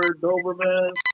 Doberman